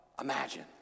Imagine